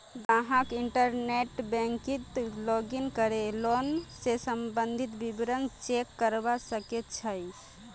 ग्राहक इंटरनेट बैंकिंगत लॉगिन करे लोन स सम्बंधित विवरण चेक करवा सके छै